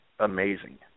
Amazing